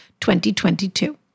2022